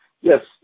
yes